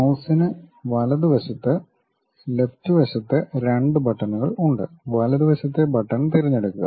മൌസിന് വലതുവശത്ത് ലെഫ്റ്റ് വശത്ത് 2 ബട്ടണുകൾ ഉണ്ട് വലതുവശത്തെ ബട്ടൺ തിരഞ്ഞെടുക്കുക